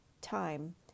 time